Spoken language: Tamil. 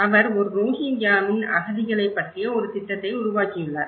அவர் ஒரு ரோஹிங்கியாவின் அகதிகளை பற்றிய ஒரு திட்டத்தை உருவாக்கியுள்ளார்